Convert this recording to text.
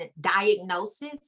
diagnosis